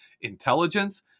intelligence